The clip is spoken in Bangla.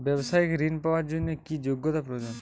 ব্যবসায়িক ঋণ পাওয়ার জন্যে কি যোগ্যতা প্রয়োজন?